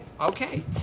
Okay